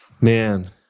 Man